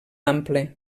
ample